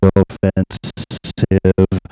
offensive